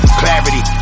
clarity